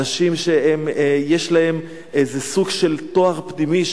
אנשים שיש להם איזה סוג של טוהר פנימי,